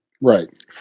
right